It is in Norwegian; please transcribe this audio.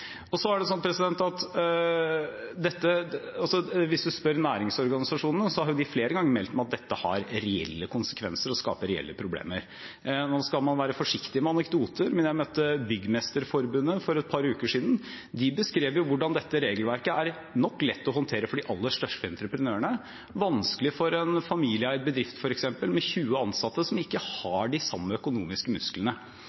Hvis en spør næringsorganisasjonene, har de flere ganger meldt om at dette har reelle konsekvenser og skaper reelle problemer. Nå skal man være forsiktig med anekdoter, men jeg møtte Byggmesterforbundet for et par uker siden. De beskrev hvordan dette regelverket nok er lett å håndtere for de aller største entreprenørene, vanskelig for en familieeid bedrift f.eks. med 20 ansatte, som ikke